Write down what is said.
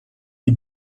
die